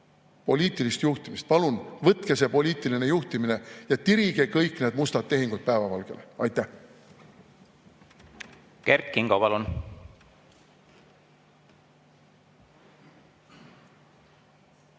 Poliitilist juhtimist! Palun võtke see poliitiline juhtimine ja tirige kõik need mustad tehingud päevavalgele. Aitäh! See on